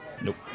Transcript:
Nope